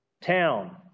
town